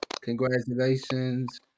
congratulations